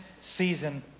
season